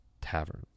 Tavern